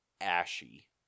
ashy